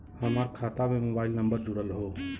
हमार खाता में मोबाइल नम्बर जुड़ल हो?